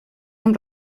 amb